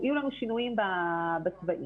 -- יהיו לנו שינויים בצבעים,